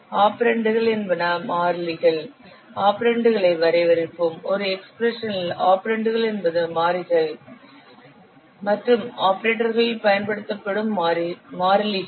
ஆபரெண்டுகள் என்பன மாறிலிகள் ஆபரெண்டுகளை வரையறுப்போம் ஒரு எக்ஸ்பிரஷனில் ஆபரெண்டுகள் என்பது மாறிகள் மற்றும் ஆபரேட்டர்களில் பயன்படுத்தப்படும் மாறிலிகள்